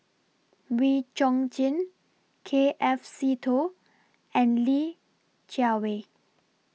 Wee Chong Jin K F Seetoh and Li Jiawei